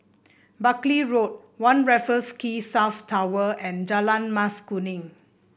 Buckley Road One Raffles Quay South Tower and Jalan Mas Kuning